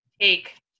take